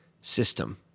system